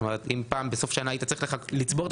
זאת אומרת אם פעם בסוף השנה היית צריך לצבור את